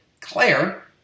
Claire